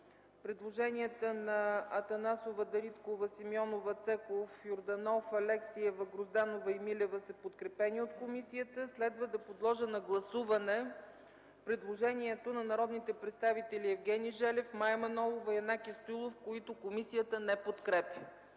предложенията на Атанасова, Дариткова, Симеонова, Цеков, Йорданов, Алексиева, Грозданова и Милева, които са подкрепени от комисията. Следва да подложа на гласуване предложението на народните представители Евгений Желев, Мая Манолова и Янаки Стоилов, което комисията не подкрепя.